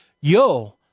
yo